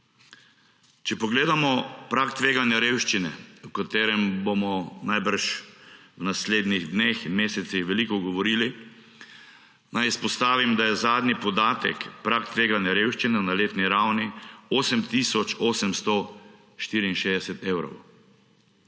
Če pogledamo prag tveganja revščine, o katerem bomo najbrž v naslednjih dneh in mesecih veliko govorili, naj izpostavim, da je zadnji podatek prag tveganja revščine na letni ravni 8 tisoč 864 evrov.